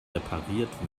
repariert